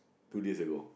two days ago